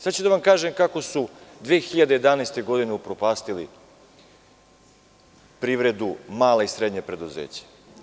Sada ću da vam kažem kako su 2011. godine upropastili privredu, mala i srednja preduzeća.